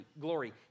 glory